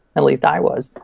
at least i was.